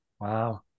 wow